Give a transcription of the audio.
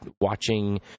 watching